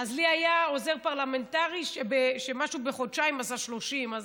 לי היה עוזר פרלמנטרי שבחודשיים עשה 30 יום,